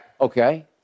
Okay